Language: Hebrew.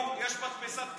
כאילו יש מדפסת כסף.